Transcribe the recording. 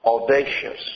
audacious